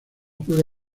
juega